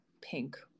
pink